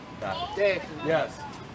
Yes